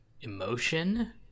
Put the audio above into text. emotion